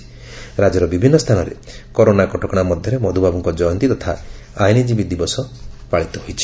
ରାକ୍ୟର ବିଭିନ୍ତ ସ୍ଥାନରେ କରୋନା କଟକଣା ମଧ୍ଧରେ ମଧୁବାବୁଙ୍କ ଜୟନ୍ତୀ ତଥା ଆଇନଜୀବୀ ଦିବସ ପାଳିତ ହୋଇଛି